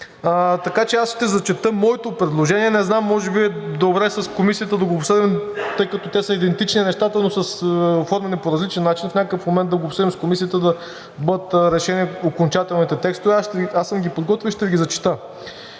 аз ще зачета моето предложение. Не знам, може би е добре с Комисията да го обсъдим, тъй като те са идентични нещата, но са оформени по различен начин. В някакъв момент да го обсъдим с Комисията да бъдат решени окончателните текстове. Аз съм ги подготвил и ще Ви ги зачета: